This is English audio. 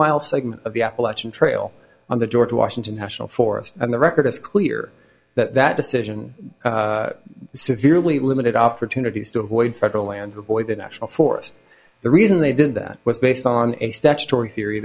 mile segment of the appalachian trail on the george washington national forest and the record is clear that that decision severely limited opportunities to avoid federal land who void the national forest the reason they did that was based on a statutory theory